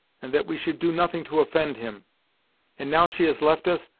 and that we should do nothing to offend him and now she has left us,